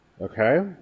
Okay